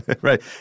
Right